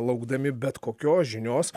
laukdami bet kokios žinios